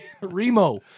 Remo